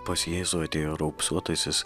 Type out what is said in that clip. pas jėzų atėjo raupsuotasis